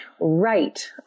right